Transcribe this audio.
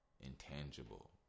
intangible